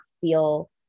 feel